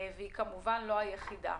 היא כמובן לא היחידה.